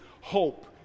hope